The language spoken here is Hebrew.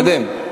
החוק מתקדם.